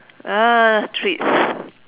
uh treats